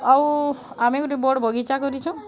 ଆଉ ଆମେ ଗୋଟେ ବଡ଼ ବଗିଚା କରିଛୁଁ